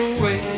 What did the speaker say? away